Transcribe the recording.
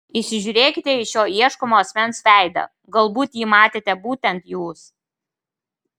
įsižiūrėkite į šio ieškomo asmens veidą galbūt jį matėte būtent jūs